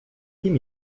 kim